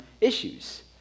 issues